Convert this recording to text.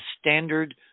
standard